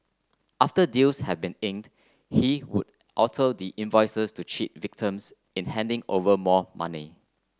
after deals had been inked he would alter the invoices to cheat victims in handing over more money